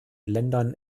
ländern